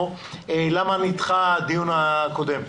למה נדחה הדיון שהיה אמור להתקיים הבוקר.